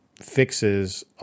fixes